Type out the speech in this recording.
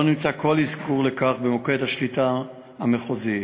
לא נמצא כל אזכור לכך במוקד השליטה המחוזי.